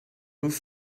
whose